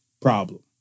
problem